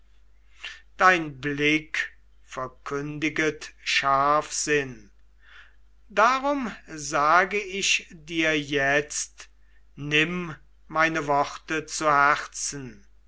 dein blick verkündiget scharfsinn darum sag ich dir jetzt nimm meine worte zu herzen